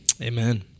Amen